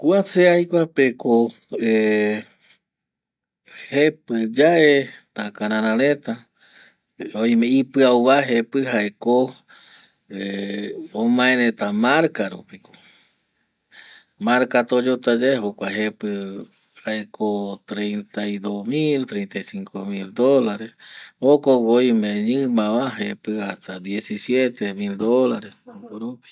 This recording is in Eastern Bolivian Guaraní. Kua se aikoape ko jepi yae takarara reta oime ipiauva jepi jaeko ˂hesitation˃ omaereta maraca rupi marca toyota jae jokua reta jepi jaeko treinta y dos mil dolares jokogüi oime imava jepi hasta diecisiete mil dolares jokoropi.